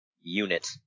unit